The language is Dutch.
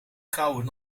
kauwen